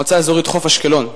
מועצה אזורית חוף-אשקלון.